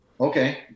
Okay